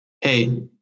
Hey